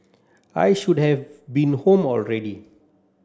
I should have been home already